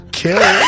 kill